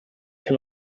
can